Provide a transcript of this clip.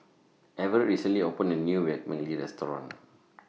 Everet recently opened A New Vermicelli Restaurant